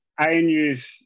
ANU's